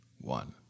one